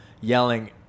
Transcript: yelling